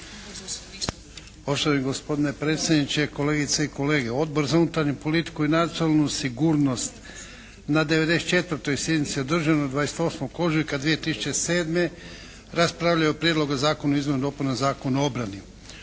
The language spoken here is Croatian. Poštovani gospodine predsjedniče, kolegice i kolege. Odbor za unutarnju politiku i nacionalnu sigurnost na 94. sjednici održanoj 28. ožujka 2007. raspravljao je o Prijedlogu zakona o izmjenama i dopunama Zakona o obrani.